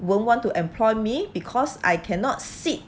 won't want to employ me because I cannot sit